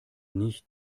nicht